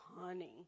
honey